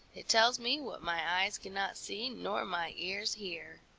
it tells me what my eyes cannot see nor my ears hear.